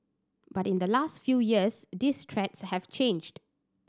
but in the last few years these threats have changed